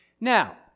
Now